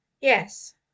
yes